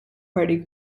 party